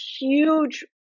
huge